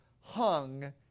hung